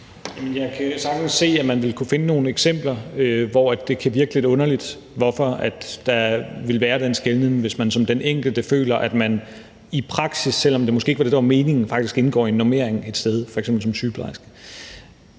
Jeg kan sagtens se, at man vil kunne finde nogle eksempler, hvor det kan virke lidt underligt, hvorfor der vil være den skelnen, hvis den enkelte føler, at vedkommende i praksis, selv om det måske ikke var det, der var meningen, faktisk indgår i en normering et sted, f.eks. som sygeplejerske.